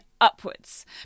upwards